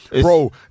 Bro